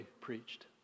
preached